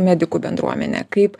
medikų bendruomenė kaip